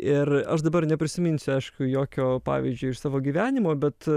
ir aš dabar neprisiminsiu aišku jokio pavyzdžio iš savo gyvenimo bet